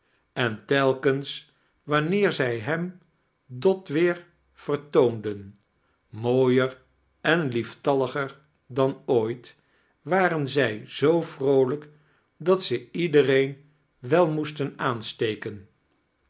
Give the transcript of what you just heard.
en telkens wanneer zij hem dot weer vertoonden mooier en lieftalliger dan ooit waren zij zoo vroolijk dat ze iedereeo wel moeisten aansteken